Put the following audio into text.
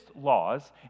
laws